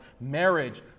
marriage